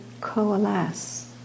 coalesce